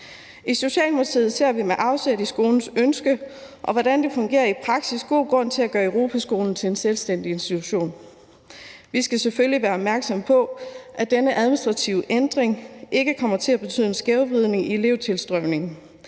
I Socialdemokratiet ser vi med afsæt i skolens ønske og hvordan det fungerer i praksis, god grund til at gøre Europaskolen til en selvstændig institution. Vi skal selvfølgelig være opmærksomme på, at denne administrative ændring ikke kommer til at betyde en skævvridning i elevtilstrømningen